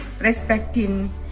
respecting